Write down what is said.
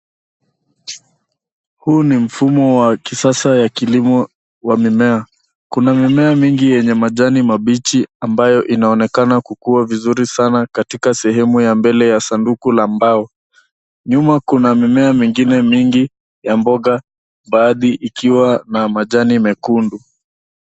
Huu ni mfumo wa kisasa ya kilimo wa mimea. Kuna mimea mingi yenye majani mabichi ambayo inaonekana kukua vizuri sana katika sehemu ya mbele ya sanduku la mbao. Nyuma kuna mimea mingine mingi ya mboga baadhi ikiwa na majani mekundu.